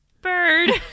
bird